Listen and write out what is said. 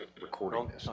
recording